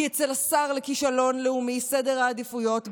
כי אצל השר לכישלון לאומי סדר העדיפויות ברור.